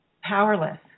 powerless